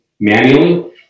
Manually